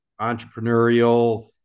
entrepreneurial